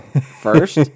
first